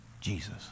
Jesus